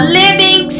living